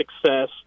success